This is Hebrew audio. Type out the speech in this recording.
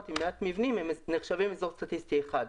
ועם מעט מבנים נחשבים אזור סטטיסטי אחד.